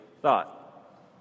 thought